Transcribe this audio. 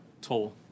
toll